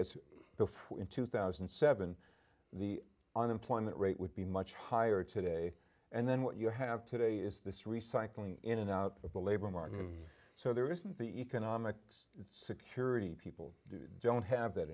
before in two thousand and seven the unemployment rate would be much higher today and then what you have today is this recycling in and out of the labor market so there isn't the economics security people don't have that